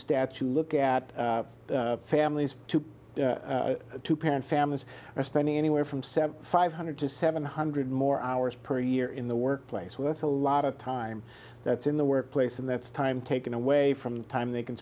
statue look at families two parent families are spending anywhere from seven five hundred to seven hundred more hours per year in the workplace with a lot of time that's in the workplace and that's time taken away from the time they can